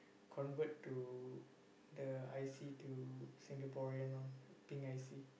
convert to the I_C to Singaporean one pink I_C